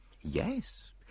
Yes